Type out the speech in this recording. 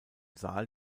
saal